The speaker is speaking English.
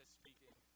speaking